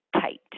tight